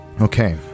Okay